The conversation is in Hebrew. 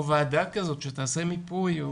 או ועדה כזאת שתעשה מיפוי.